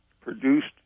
produced